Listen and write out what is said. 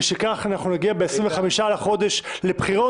ושכך אנחנו נגיע ב-25 לחודש לבחירות,